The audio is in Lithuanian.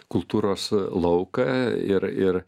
kultūros lauką ir ir